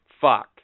Fuck